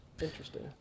interesting